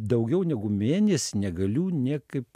daugiau negu mėnesį negaliu niekaip